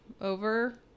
over